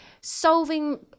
solving